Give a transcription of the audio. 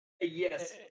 Yes